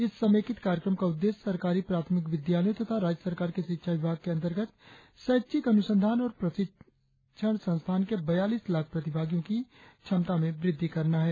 इस समेकित कार्यक्रम का उद्देश्य सरकारी प्राथमिक विद्यालयों तथा राज्य सरकार के शिक्षा विभाग के अंतर्गत शैक्षिक अनुसंधान और प्रशिक्षण संस्थान के बयालीस लाख प्रतिभागियों की क्षमता में वृद्धि करना है